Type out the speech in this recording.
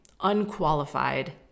unqualified